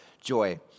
joy